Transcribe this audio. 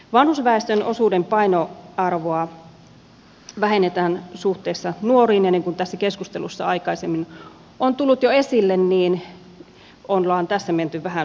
vanhusväestön osuuden painoarvoa vähennetään suhteessa nuoriin ja niin kuin tässä keskustelussa aikaisemmin on tullut jo esille niin ollaan tässä menty vähän suhteettomuuksiin